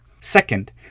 Second